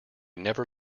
never